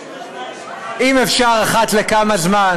אם אפשר אחת לכמה זמן